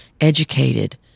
educated